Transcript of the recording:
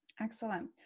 Excellent